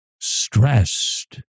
stressed